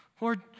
Lord